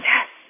Yes